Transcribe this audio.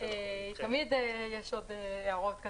תמיד יש עוד הערות.